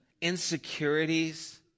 insecurities